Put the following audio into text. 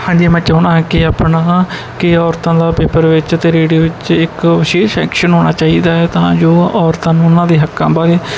ਹਾਂਜੀ ਮੈਂ ਚਾਹੁੰਦਾ ਹਾਂ ਕਿ ਆਪਣਾ ਕਿ ਔਰਤਾਂ ਦਾ ਪੇਪਰ ਵਿੱਚ ਅਤੇ ਰੇਡੀਓ ਵਿੱਚ ਇੱਕ ਵਿਸ਼ੇਸ਼ ਸੈਕਸ਼ਨ ਹੋਣਾ ਚਾਹੀਦਾ ਹੈ ਤਾਂ ਜੋ ਔਰਤਾਂ ਨੂੰ ਉਹਨਾਂ ਦੇ ਹੱਕਾਂ ਬਾਰੇ